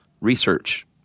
research